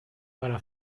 para